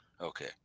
Okay